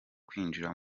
kwinjira